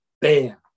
bam